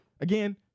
Again